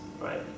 right